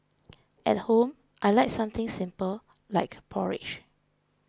at home I like something simple like porridge